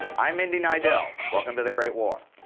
i'm indy neidell welcome to the great war.